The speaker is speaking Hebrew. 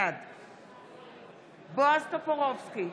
בעד בועז טופורובסקי,